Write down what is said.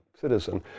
citizen